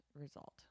result